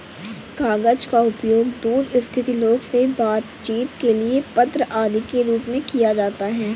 कागज का उपयोग दूर स्थित लोगों से बातचीत के लिए पत्र आदि के रूप में किया जाता है